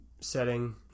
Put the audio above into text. setting